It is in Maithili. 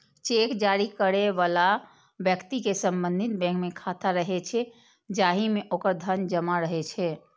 चेक जारी करै बला व्यक्ति के संबंधित बैंक मे खाता रहै छै, जाहि मे ओकर धन जमा रहै छै